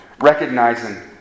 recognizing